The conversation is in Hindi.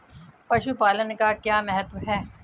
पशुपालन का क्या महत्व है?